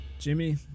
Jimmy